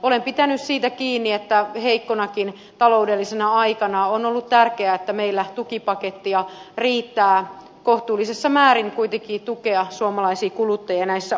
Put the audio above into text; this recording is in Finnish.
olen pitänyt siitä kiinni että heikkonakin taloudellisena aikana on ollut tärkeää että meillä tukipakettia riittää kohtuullisessa määrin kuitenkin tukea suomalaisia kuluttajia näissä ongelmissa